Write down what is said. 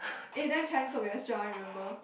eh then Chinese Orchestra remember